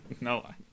No